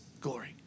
glory